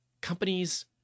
companies